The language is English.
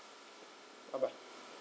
bye bye